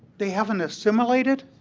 they haven't assimilated?